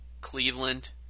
Cleveland